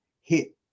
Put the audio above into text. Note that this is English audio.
hit